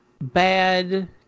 bad